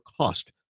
cost